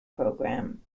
program